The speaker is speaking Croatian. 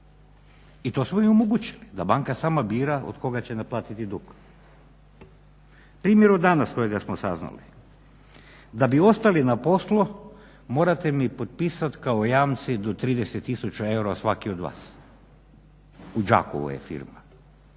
I to smo im omogućili da banka astma bira od koga će naplatiti dug. Primjer od danas kojega smo saznali. Da bi ostali na poslu morate mi potpisati kao jamci do 30 tisuća eura svaki od vas u Đakovu je firma.